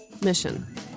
mission